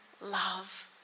love